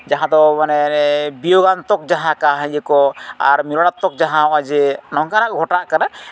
ᱡᱟᱦᱟᱸ ᱫᱚ ᱢᱟᱱᱮ ᱵᱤᱭᱳᱜᱟᱱᱛᱚᱠ ᱡᱟᱦᱟᱸ ᱤᱭᱟᱹ ᱠᱚ ᱟᱨ ᱢᱤᱞᱚᱱᱟᱛᱛᱚᱠ ᱡᱟᱦᱟᱸ ᱱᱚᱜᱼᱚᱭ ᱡᱮ ᱱᱚᱝᱠᱟᱱᱟᱜ ᱜᱷᱚᱴᱟᱜ ᱠᱟᱱᱟ